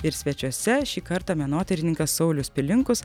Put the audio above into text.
ir svečiuose šį kartą menotyrininkas saulius pilinkus